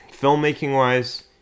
Filmmaking-wise